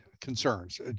concerns